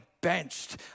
benched